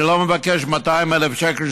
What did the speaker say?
אני לא מבקש 200,000 שקל,